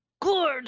good